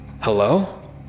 Hello